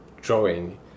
drawing